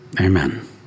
Amen